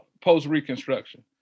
post-Reconstruction